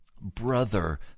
Brother